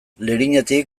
lerinetik